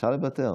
אפשר לוותר.